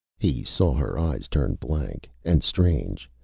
he saw her eyes turn blank and strange,